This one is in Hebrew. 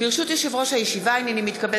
על חודו של קול.